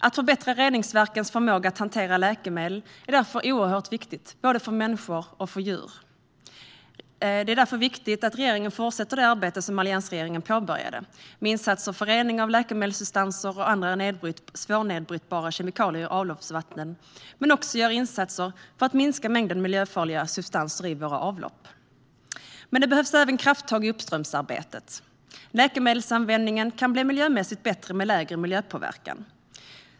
Att förbättra reningsverkens förmåga att hantera läkemedel är därför oerhört viktigt för både människor och djur. Det är därför viktigt att regeringen fortsätter det arbete som alliansregeringen påbörjade med insatser för rening av läkemedelssubstanser och andra svårnedbrytbara kemikalier i avloppsvatten och också gör insatser för att minska mängden miljöfarliga substanser i våra avlopp. Men det behövs även krafttag i uppströmsarbetet. Läkemedelsanvändningen kan bli miljömässigt bättre med lägre miljöpåverkan.